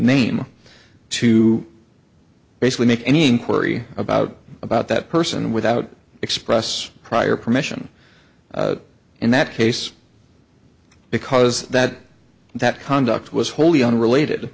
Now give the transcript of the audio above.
name two basically make any inquiry about about that person without express prior permission in that case because that that conduct was wholly unrelated